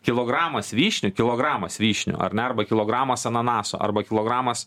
kilogramas vyšnių kilogramas vyšnių ar ne arba kilogramas ananaso arba kilogramas